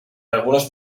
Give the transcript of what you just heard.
algunos